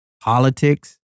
politics